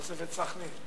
תוספת סח'נין.